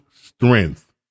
strength